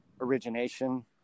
origination